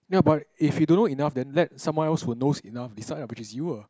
ya but if you don't know enough then let someone else who knows enough decide ah which is you ah